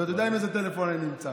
ואתה יודע עם איזה טלפון אני נמצא.